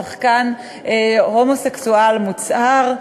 שחקן הומוסקסואל מוצהר.